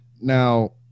Now